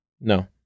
No